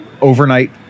overnight